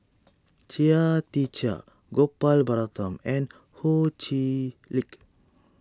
Chia Tee Chiak Gopal Baratham and Ho Chee Lick